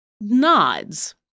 nods